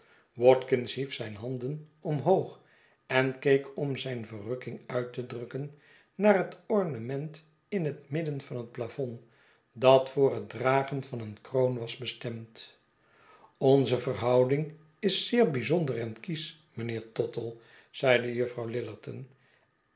watkins hief zijn handen omhoog en keek om zijn verrukking uit te drukken naar het ornement in het midden van het plafond dat voor het dragen van een kroon was bestemd onze verhouding is zeer bijzonder enkiesch mijnheer tottle zeide juffrouw